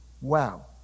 wow